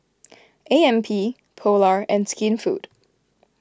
A M P Polar and Skinfood